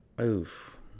Oof